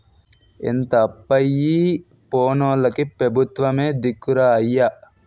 ఇంత అప్పయి పోనోల్లకి పెబుత్వమే దిక్కురా అయ్యా